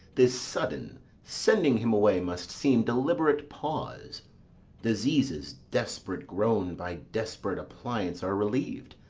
this sudden sending him away must seem deliberate pause diseases desperate grown by desperate appliance are reliev'd,